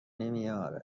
نمیاره